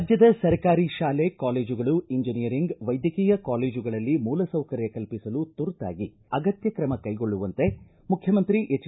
ರಾಜ್ಯದ ಸರ್ಕಾರಿ ಶಾಲೆ ಕಾಲೇಜುಗಳು ಇಂಜಿನಿಯರಿಂಗ್ ವೈದ್ಯಕೀಯ ಕಾಲೇಜುಗಳಲ್ಲಿ ಮೂಲಸೌಕರ್ಯ ಕಲ್ಪಿಸಲು ತುರ್ತಾಗಿ ಅಗತ್ತ ಕ್ರಮ ಕೈಗೊಳ್ಳುವಂತೆ ಮುಖ್ಯಮಂತ್ರಿ ಹೆಜ್